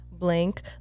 blank